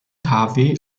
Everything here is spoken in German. harvey